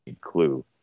clue